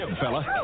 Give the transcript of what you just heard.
fella